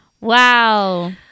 wow